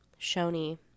shoni